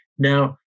Now